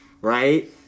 right